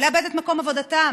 לאבד את מקום העבודה,